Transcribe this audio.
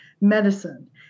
medicine